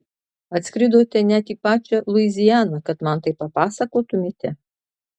atskridote net į pačią luizianą kad man tai papasakotumėte